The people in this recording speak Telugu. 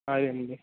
అండి